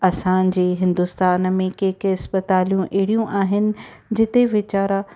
असांजे हिंदुस्तान में कंहिं कंहिं इस्पतालूं अहिड़ियूं आहिनि जिते विचारा